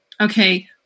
okay